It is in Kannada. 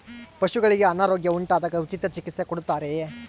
ಪಶುಗಳಿಗೆ ಅನಾರೋಗ್ಯ ಉಂಟಾದಾಗ ಉಚಿತ ಚಿಕಿತ್ಸೆ ಕೊಡುತ್ತಾರೆಯೇ?